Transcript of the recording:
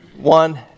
one